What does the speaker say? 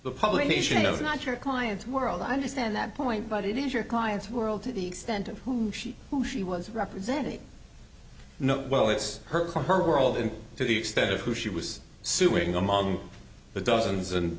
the publication of not your clients world i understand that point but it is your client's world to the extent of who she who she was representing know well it's her on her world and to the extent of who she was suing among the dozens and